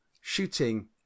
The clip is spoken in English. shooting